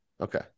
Okay